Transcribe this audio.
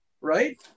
right